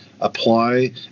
apply